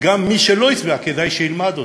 וגם מי שלא הצביע, כדאי שילמד אותו,